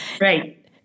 Right